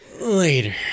later